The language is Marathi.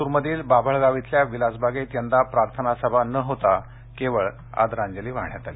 लातूर मधील बाभळगाव इथल्या विलासबागेत यंदा प्रार्थना सभा न होता केवळ आदरांजली वाहण्यात आली